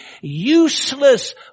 useless